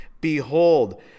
Behold